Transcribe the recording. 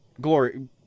glory